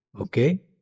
okay